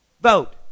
vote